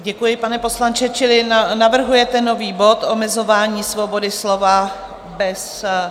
Děkuji, pane poslanče, čili navrhujete nový bod, Omezování svobody slova bez...